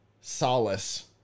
solace